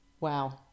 wow